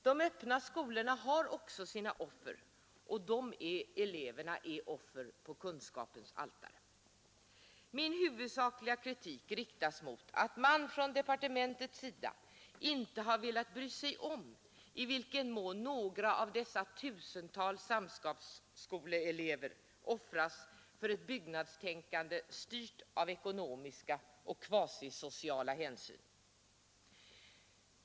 De öppna skolorna har också sina offer, och de är eleverna, som är offer på kunskapens altare. Min huvudsakliga kritik riktas mot att man från departementets sida inte har velat bry sig om i vilken mån några av dessa tusentals samskapsskolelever offras för ett byggnadstänkande styrt av ekonomiska och kvasisociala hänsyn.